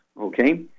okay